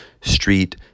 street